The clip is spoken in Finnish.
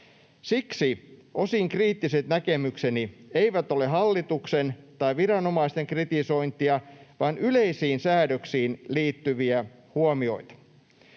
Siksi osin kriittiset näkemykseni eivät ole hallituksen tai viranomaisten kritisointia vaan yleisiin säädöksiin liittyviä huomioita.”